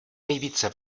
nejvíce